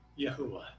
Yahuwah